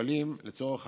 שקלים לצורך